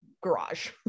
garage